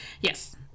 yes